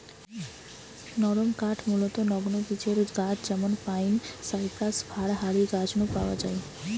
নরমকাঠ মূলতঃ নগ্নবীজের গাছ যেমন পাইন, সাইপ্রাস, ফার হারি গাছ নু পাওয়া যায়